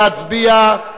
נא להצביע.